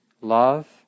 love